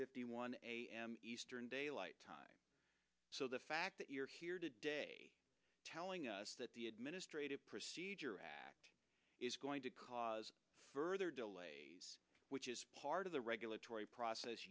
fifty one a m eastern daylight time so the fact that you're here today telling us that the administrative procedure act is going to cause further delays which is part of the regulatory process